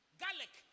garlic